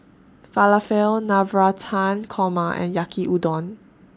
Falafel Navratan Korma and Yaki Udon